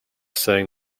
saying